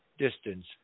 distance